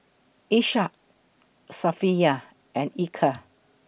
Ishak Safiya and Eka